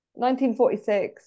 1946